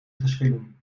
geschillen